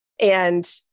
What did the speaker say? And-